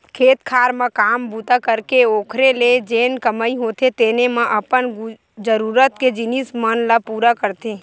खेत खार म काम बूता करके ओखरे ले जेन कमई होथे तेने म अपन जरुरत के जिनिस मन ल पुरा करथे